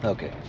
Okay